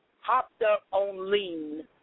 hopped-up-on-lean